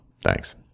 Thanks